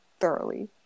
thoroughly